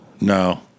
No